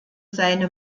seine